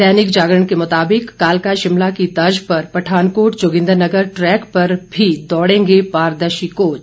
दैनिक जागरण के मुताबिक कालका शिमला की तर्ज पर पठानकोट जोगिंद्रनगर ट्रैक पर भी दौड़ेंगे पारदर्शी कोच